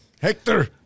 Hector